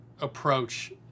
approach